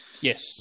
Yes